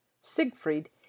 Siegfried